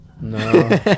no